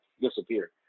disappear